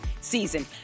season